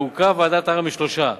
תורכב ועדת הערר משלושה: